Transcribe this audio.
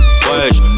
fresh